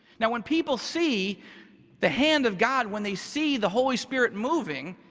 now, when people see the hand of god, when they see the holy spirit, moving,